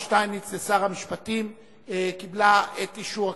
שטייניץ לשר המשפטים קיבל את אישור הכנסת.